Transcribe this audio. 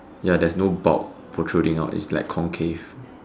ya there's no bulb protruding out it's like concave